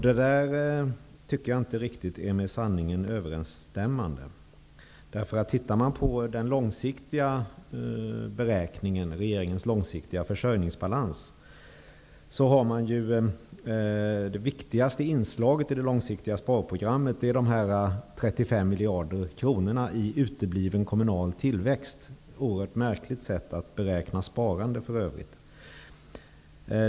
Det där tycker jag inte är riktigt med sanningen överensstämmande. Tittar man på regeringens långsiktiga försörjningsbalans finner man att det viktigaste inslaget i det långsiktiga sparprogrammet är de 35 miljarder kronorna i utebliven kommunal tillväxt. Ett oerhört märkligt sätt att beräkna sparande för övrigt.